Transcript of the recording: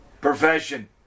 profession